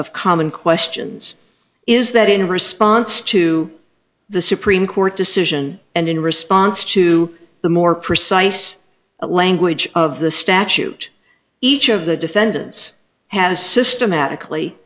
of common questions is that in response to the supreme court decision and in response to the more precise language of the statute each of the defendants has systematically